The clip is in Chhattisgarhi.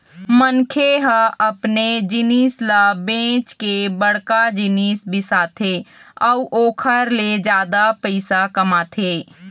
मनखे ह अपने जिनिस ल बेंच के बड़का जिनिस बिसाथे अउ ओखर ले जादा पइसा कमाथे